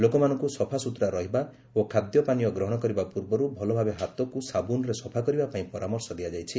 ଲୋକମାନଙ୍କୁ ସଫାସ୍କତରା ରହିବା ଓ ଖାଦ୍ୟ ପାନୀୟ ଗ୍ରହଣ କରିବା ପୂର୍ବରୁ ଭଲଭାବେ ହାତକୁ ସାବୁନରେ ସଫା କରିବା ପାଇଁ ପରାମର୍ଶ ଦିଆଯାଇଛି